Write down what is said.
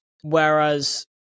Whereas